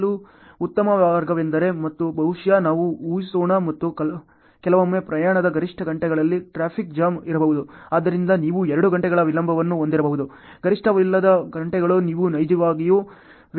ಮಾಡಲು ಉತ್ತಮ ಮಾರ್ಗವೆಂದರೆ ಮತ್ತು ಬಹುಶಃ ನಾವು ಊಸೋಣ ಮತ್ತು ಕೆಲವೊಮ್ಮೆ ಪ್ರಯಾಣದ ಗರಿಷ್ಠ ಗಂಟೆಗಳಲ್ಲಿ ಟ್ರಾಫಿಕ್ ಜಾಮ್ ಇರಬಹುದು ಆದ್ದರಿಂದ ನೀವು ಎರಡು ಗಂಟೆಗಳ ವಿಳಂಬವನ್ನು ಹೊಂದಿರಬಹುದು ಗರಿಷ್ಠವಲ್ಲದ ಗಂಟೆಗಳು ನೀವು ನಿಜವಾಗಿಯೂ ವೇಗವಾಗಿ ಬರಲು ಸಾಧ್ಯವಾಗುತ್ತದೆ